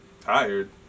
Tired